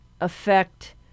affect